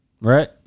right